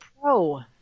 pro